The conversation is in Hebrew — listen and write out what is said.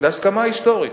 להסכמה היסטורית.